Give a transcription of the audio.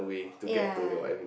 ya